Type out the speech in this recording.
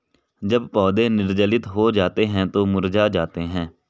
जब पौधे निर्जलित हो जाते हैं तो मुरझा जाते हैं